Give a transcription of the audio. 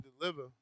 deliver